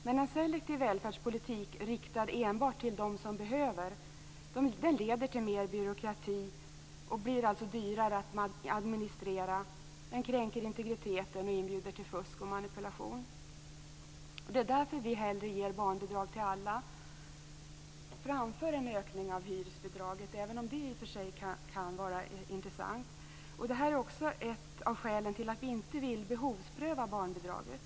Men en selektiv välfärdspolitik, riktad enbart till dem som behöver, leder till mer byråkrati och blir dyrare att administrera, det kränker integriteten och inbjuder till fusk och manipulation. Det är därför vi hellre vill ge barnbidrag till alla framför en ökning av hyresbidraget, även om det i och för sig kan vara intressant. Det här är ett av skälen till att vi inte vill behovspröva barnbidraget.